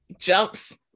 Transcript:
jumps